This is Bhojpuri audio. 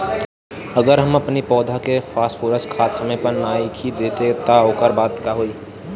अगर हम अपनी पौधा के फास्फोरस खाद समय पे नइखी देत तअ ओकरी बाद का होई